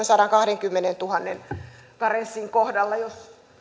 sadankahdenkymmenentuhannen karenssin paikkeilla tai jos